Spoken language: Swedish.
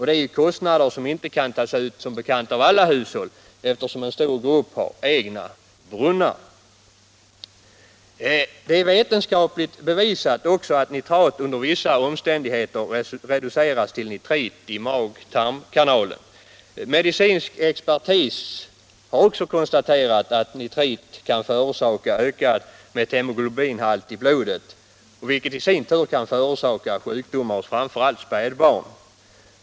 Det är kostnader som ju inte kan tas ut av alla hushåll, eftersom en stor grupp har egna brunnar. Det är vetenskapligt bevisat att nitrat under vissa omständigheter re duceras till nitrit i mag-tarmkanalen. Medicinsk expertis har också konstaterat att nitrit kan förorsaka ökad methemoglobinhalt i blodet, vilket i sin tur kan förorsaka sjukdomar hos framför allt spädbarn.